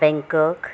Bangkok